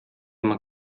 man